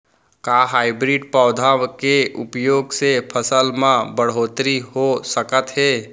का हाइब्रिड पौधा के उपयोग से फसल म बढ़होत्तरी हो सकत हे?